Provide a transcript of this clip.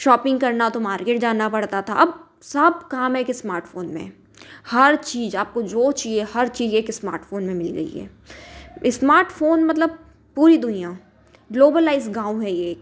shopping करना हो तो मार्केट जाना पड़ता था अब सब काम एक स्मार्टफोन में है हर चीज़ आपको जो चिए हर चीज़ एक स्मार्टफोन में मिल गई है स्मार्टफोन मतलब पूरी दुनिया ग्लोबलाइज़ गाँव है यह एक